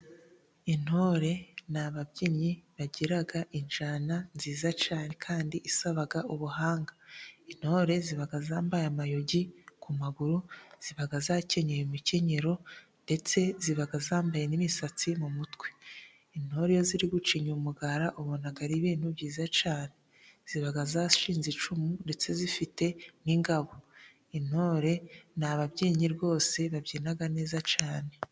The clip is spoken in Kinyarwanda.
Intore ni ababyinnyi bagiraga injyana nziza cyane kandi isaba ubuhanga. Intore ziba zambaye amayugi ku maguru, ziba zakenyeye imikenyero ndetse zibaga zambaye n'imisatsi mu mutwe. Intore iyo ziri gucinya umugara ubona ari ibintu byiza cyane, ziba zashinze icumu ndetse zifite n'ingabo. Intore ni ababyinnyi rwose babyina neza cyane.